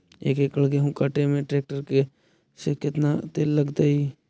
एक एकड़ गेहूं काटे में टरेकटर से केतना तेल लगतइ?